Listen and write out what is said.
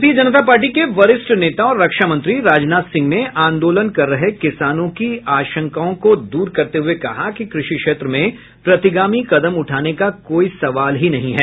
भारतीय जनता पार्टी के वरिष्ठ नेता और रक्षा मंत्री राजनाथ सिंह ने आंदोलन कर रहे किसानों की आशंकाओं को दूर करते हुए कहा कि कृषि क्षेत्र में प्रतिगामी कदम उठाने का कोई सवाल ही नहीं है